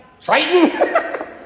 Triton